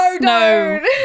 No